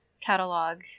catalog